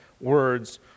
words